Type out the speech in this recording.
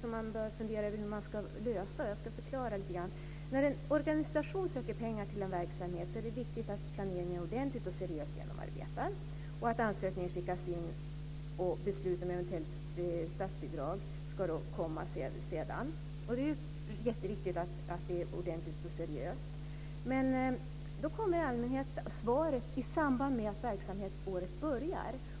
som man bör fundera över hur man ska lösa. Jag ska förklara lite grann vad jag menar. När en organisation söker pengar till en verksamhet är det viktigt att planeringen är ordentligt och seriöst genomarbetad. Ansökningen skickas in, och beslut om eventuellt statsbidrag ska då komma sedan. Det är jätteviktigt att det är ordentligt och seriöst, men svaret kommer i allmänhet i samband med att verksamhetsåret börjar.